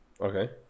Okay